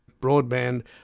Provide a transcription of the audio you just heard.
Broadband